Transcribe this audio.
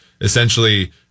essentially